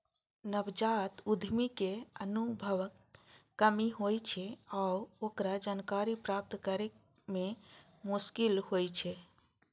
नवजात उद्यमी कें अनुभवक कमी होइ छै आ ओकरा जानकारी प्राप्त करै मे मोश्किल होइ छै